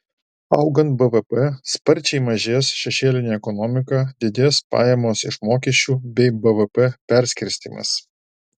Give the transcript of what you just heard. augant bvp sparčiai mažės šešėlinė ekonomika didės pajamos iš mokesčių bei bvp perskirstymas